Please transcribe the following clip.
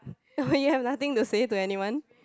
oh ya nothing to say to anyone